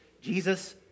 Jesus